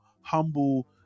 humble